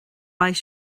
beidh